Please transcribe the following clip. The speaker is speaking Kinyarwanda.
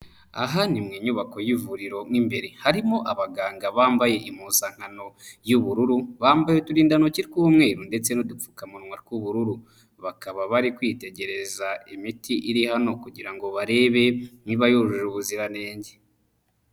Aha ni mu inyubako y'ivuriro mo imbere, harimo abaganga bambaye impuzankano y'ubururu, bambaye uturindantoki tw'umweru ndetse n'udupfukamunwa tw'ubururu, bakaba bari kwitegereza imiti iri hano kugira ngo barebe nimba yujuje ubuziranenge.